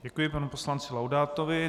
Děkuji panu poslanci Laudátovi.